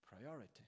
priority